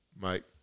Mike